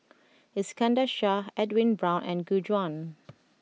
Iskandar Shah Edwin Brown and Gu Juan